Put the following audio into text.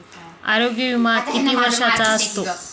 आरोग्य विमा किती वर्षांचा असतो?